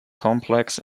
complex